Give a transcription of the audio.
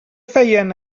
feien